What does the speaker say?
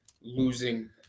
losing